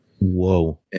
Whoa